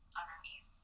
underneath